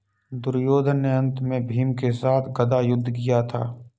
दुर्योधन ने अन्त में भीम के साथ गदा युद्ध किया था